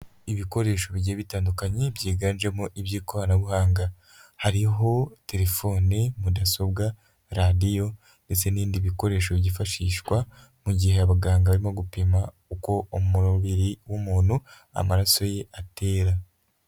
Ibikoresho bigiye bitandukanye byiganjemo iby'ikoranabuhanga, hariho telefone, mudasobwa, radiyo ndetse n'ibindi bikoresho byifashishwa mu gihe abaganga barimo gupima uko umubiri w'umuntu amaraso ye atera.